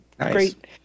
great